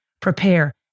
prepare